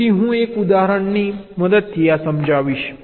તેથી હું એક ઉદાહરણની મદદથી આ સમજાવીશ